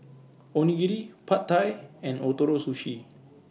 Onigiri Pad Thai and Ootoro Sushi